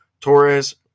Torres